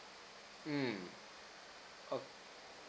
mm ok